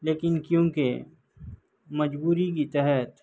لیکن کیونکہ مجبوری کی تحت